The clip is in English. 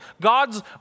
God's